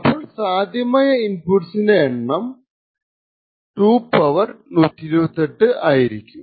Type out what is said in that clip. അപ്പോൾ സാധ്യമായ ഇൻപുട്ട്സിൻറെ എണ്ണം 2128 ആയിരിക്കും